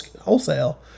wholesale